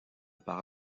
par